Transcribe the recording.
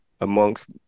amongst